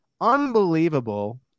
unbelievable